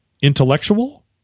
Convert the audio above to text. intellectual